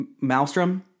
Maelstrom